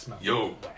Yo